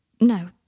No